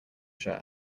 shirt